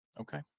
Okay